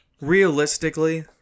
realistically